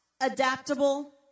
adaptable